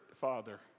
father